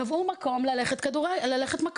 קבעו מקום ללכת מכות.